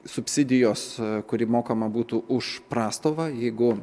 subsidijos kuri mokama būtų už prastovą jeigu